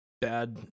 bad